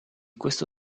questo